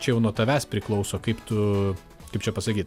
čia jau nuo tavęs priklauso kaip tu kaip čia pasakyt